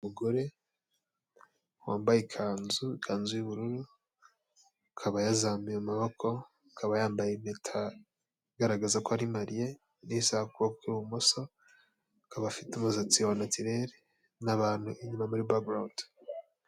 Umukobwa mwiza ufite ibisuko wambaye umupira w'umutuku, akaba imbere ye hari mudasobwa, akaba ari kureba ibiciro by'ibicuruzwa.